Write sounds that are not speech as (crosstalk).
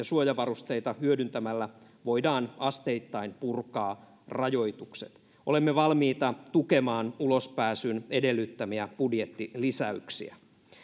(unintelligible) suojavarusteita hyödyntämällä voidaan asteittain purkaa rajoitukset olemme valmiita tukemaan ulospääsyn edellyttämiä budjettilisäyksiä